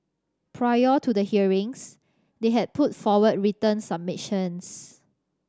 prior to the hearings they had put forward written submissions